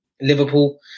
Liverpool